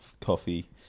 Coffee